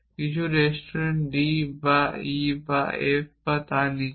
কিছু restaurant D বা E বা F এবং তার নীচে